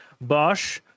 Bosch